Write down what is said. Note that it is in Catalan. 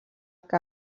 que